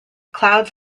clouds